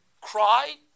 cry